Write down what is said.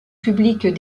public